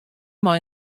mei